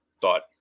thought